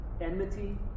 Enmity